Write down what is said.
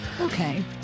Okay